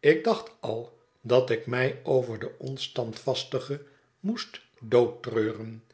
ik dacht al dat ik mij over den onstandvastige moest doodtreuren